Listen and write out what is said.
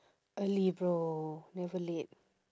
early bro never late